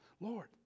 Lord